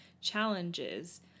challenges